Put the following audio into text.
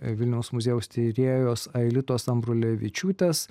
vilniaus muziejaus tyrėjos aelitos ambrulevičiūtės